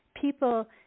people –